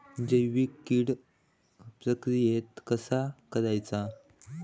जैविक कीड प्रक्रियेक कसा करायचा?